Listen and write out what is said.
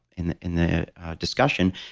in the in the discussion,